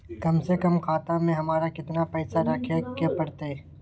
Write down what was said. कम से कम खाता में हमरा कितना पैसा रखे के परतई?